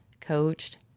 coached